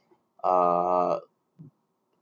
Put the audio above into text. uh